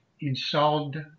installed